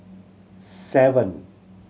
seven